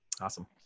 Awesome